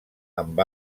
amb